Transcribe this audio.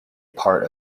part